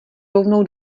rovnou